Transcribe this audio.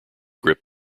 grip